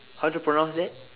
how to pronounce that